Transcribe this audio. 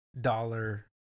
Dollar